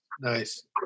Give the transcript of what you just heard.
nice